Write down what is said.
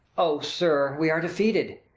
o, sir, we are defeated!